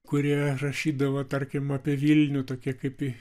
kurie rašydavo tarkim apie vilnių tokie kaip